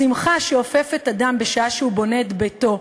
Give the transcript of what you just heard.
השמחה שאופפת אדם בשעה שהוא בונה את ביתו,